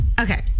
Okay